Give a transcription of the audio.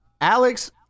Alex